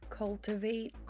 cultivate